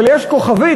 אבל יש כוכבית,